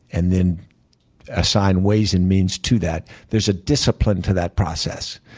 and then assign ways and means to that, there's a discipline to that process.